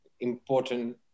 important